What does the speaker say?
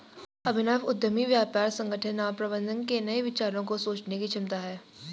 अभिनव उद्यमी व्यापार संगठन और प्रबंधन के नए विचारों को सोचने की क्षमता है